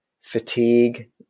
fatigue